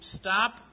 stop